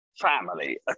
family